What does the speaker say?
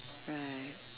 right